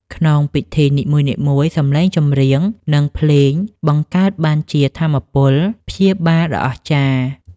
ក្នុងពិធីនីមួយៗ សំឡេងចម្រៀង និងភ្លេងបង្កើតបានជាថាមពលព្យាបាលដ៏អស្ចារ្យ។